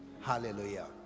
hallelujah